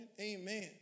amen